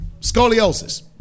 scoliosis